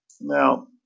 now